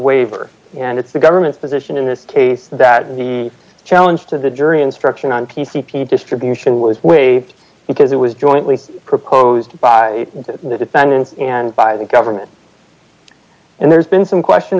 waiver and it's the government's position in this case that the challenge to the jury instruction on p c p distribution was waived because it was jointly proposed by the defendant and by the government and there's been some question